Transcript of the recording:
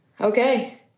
okay